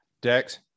Dex